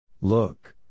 Look